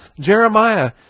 Jeremiah